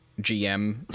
GM